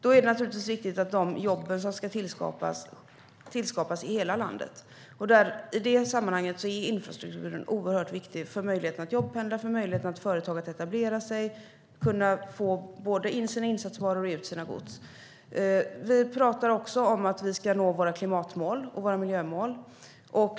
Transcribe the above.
Då är det naturligtvis viktigt att de jobb som ska tillskapas tillskapas i hela landet. Vi talar också om att vi ska nå våra klimatmål och våra miljömål.